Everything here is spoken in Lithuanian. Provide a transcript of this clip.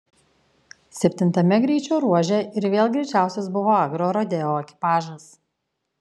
septintame greičio ruože ir vėl greičiausias buvo agrorodeo ekipažas